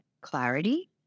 clarity